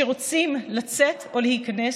שרוצים לצאת או להיכנס,